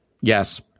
Yes